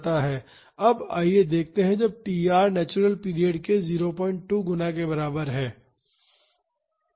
अब आइए देखते हैं जब tr नेचुरल पीरियड के 02 गुना के बराबर है